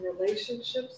relationships